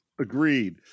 Agreed